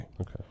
Okay